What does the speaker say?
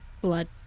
Blood